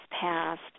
passed